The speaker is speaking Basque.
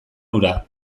hura